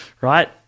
right